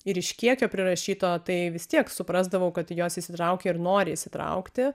ir iš kiekio prirašyto tai vis tiek suprasdavau kad jos įsitraukė ir nori įsitraukti